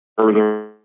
further